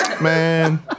Man